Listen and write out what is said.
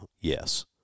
Yes